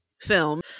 film